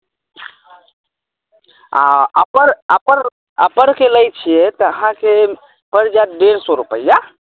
हँ तऽ फेमस जगह तऽ हमरा अपना दरभङ्गामे जे छै से अथी बला चलु ने घुमा दै छी